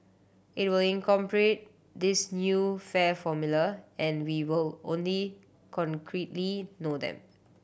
it will incorporate this new fare formula and we will only concretely know then